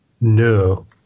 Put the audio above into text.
no